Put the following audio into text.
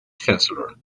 chancellor